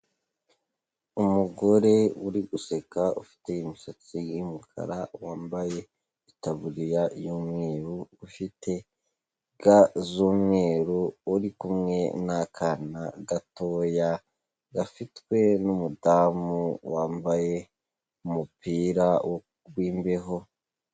Umugore uri guseka ufite imisatsi y'umukara wambaye itaburiya y'umweru, ufite ga z'umweru uri kumwe n'akana gatoya gafitwe n'umudamu wambaye umupira wimbeho.